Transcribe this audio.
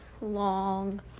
long